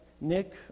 Nick